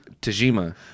Tajima